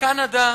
קנדה,